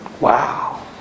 Wow